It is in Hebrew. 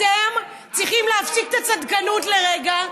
אתם צריכים להפסיק את הצדקנות לרגע,